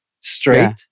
straight